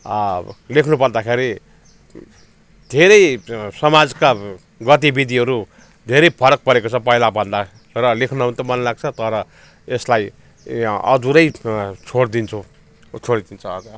लेख्नुपर्दाखेरि धेरै समाजका गतिविधिहरू धेरै फरक परेको छ पहिलाभन्दा र लेख्न त मनलाग्छ तर यसलाई यहाँ अधुरै छोड्दिन्छौँ छोड्दिन्छौँ अब